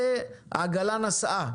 במקומות האלה העגלה כבר נוסעת.